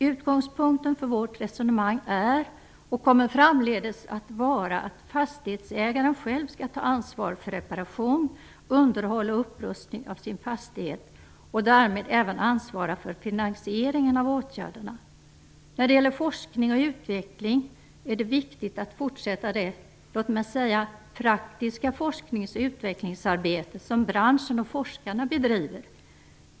Utgångspunkten för vårt resonemang är och kommer framdeles att vara att fastighetsägaren själv skall ta ansvar för reparation, underhåll och upprustning av sin fastighet och därmed även ansvara för finansieringen av åtgärderna. Det är vidare viktigt att fortsätta med forskning och utveckling, låt mig säga det praktiska forskningsoch utvecklingsarbete som branschen och forskarna bedriver.